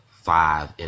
Five